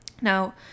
Now